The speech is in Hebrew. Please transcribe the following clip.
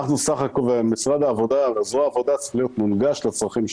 וזרוע העבודה צריך להיות מונגש לצרכים שלנו.